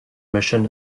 mission